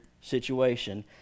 situation